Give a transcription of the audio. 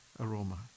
aroma